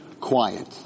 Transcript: quiet